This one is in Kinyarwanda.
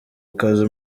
ikaze